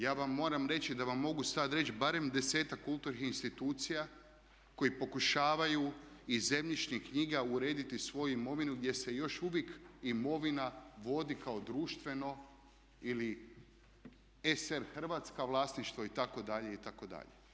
Ja vam moram reći da vam mogu sada reći barem 10-ak kulturnih institucija koji pokušavaju iz zemljišnih knjiga urediti svoju imovinu gdje se još uvijek imovina vodi kao društveno ili SR Hrvatska vlasništvo itd., itd.